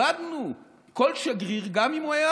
כיבדנו כל שגריר, גם אם הוא היה